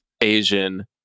Asian